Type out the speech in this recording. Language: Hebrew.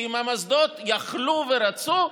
כי אם המוסדות יכלו ורצו,